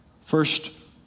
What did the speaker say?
First